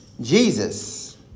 Jesus